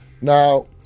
Now